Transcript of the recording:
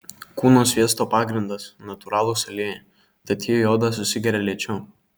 kūno sviesto pagrindas natūralūs aliejai tad jie į odą susigeria lėčiau